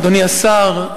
אדוני השר,